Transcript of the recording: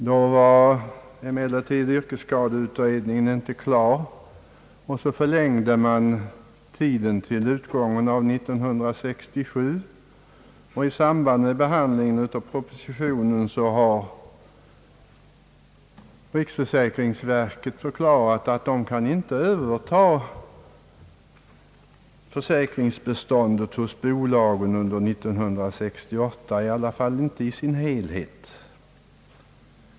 Då var emellertid yrkesskadeutredningen inte klar, och man förlängde därför tiden till utgången av år 1967. I samband med behandlingen av propositionen har riksförsäkringsverket förklarat att det inte kan överta försäkringsbeståndet hos bolagen under 1968, i varje fall inte i dess helhet.